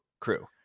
crew